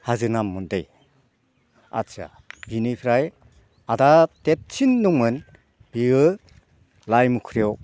हाजो नाम उन्दै आस्सा बेनिफ्राय आदा देरसिन दंमोन बेयो लायमुख्रियाव